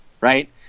right